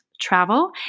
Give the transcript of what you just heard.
travel